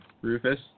Rufus